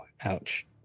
ouch